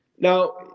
Now